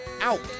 out